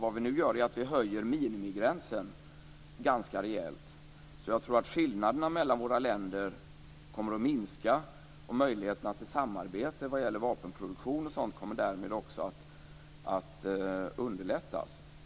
Vad vi nu gör är att vi höjer minimigränsen ganska rejält. Jag tror att skillnaden mellan våra länder kommer att minska. Möjligheten till samarbete vad gäller vapenproduktion och sådant kommer därmed också att underlättas.